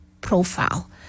profile